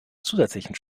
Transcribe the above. zusätzlichen